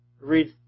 read